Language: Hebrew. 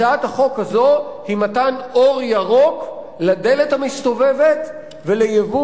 הצעת החוק הזאת היא מתן אור ירוק לדלת המסתובבת ולייבוא